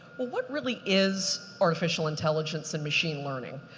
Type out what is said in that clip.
what what really is artificial intelligence and machine learning?